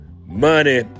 Money